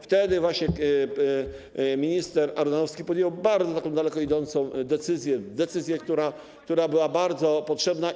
Wtedy właśnie minister Ardanowski podjął taką bardzo daleko idącą decyzję, decyzję, która była bardzo potrzebna.